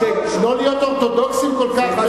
לא להיות אורתודוקסים כל כך,